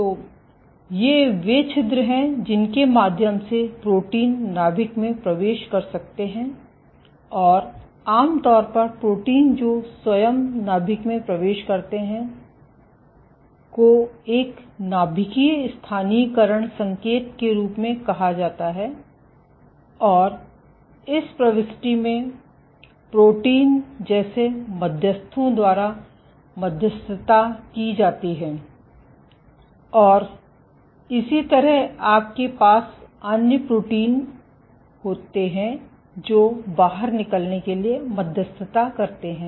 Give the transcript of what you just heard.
तो ये वे छेद हैं जिनके माध्यम से प्रोटीन नाभिक में प्रवेश कर सकते हैं और आम तौर पर प्रोटीन जो स्वयं नाभिक में प्रवेश करते हैं को एक नाभिकीय स्थानीयकरण संकेत के रूप में कहा जाता है और इस प्रविष्टि में प्रोटीन जैसे मध्यस्थों द्वारा मध्यस्थता की जाती है और इसी तरह आपके पास अन्य प्रोटीन होते हैं जो बाहर निकलने के मध्यस्थता करते है